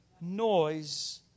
noise